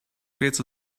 creates